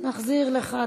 נחזיר לך.